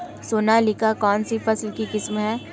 सोनालिका कौनसी फसल की किस्म है?